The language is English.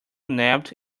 nabbed